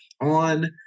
on –